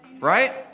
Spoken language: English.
right